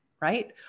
right